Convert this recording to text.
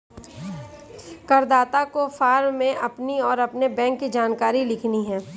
करदाता को फॉर्म में अपनी और अपने बैंक की जानकारी लिखनी है